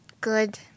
good